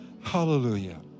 hallelujah